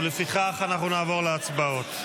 ולפיכך אנחנו נעבור להצבעות.